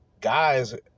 Guys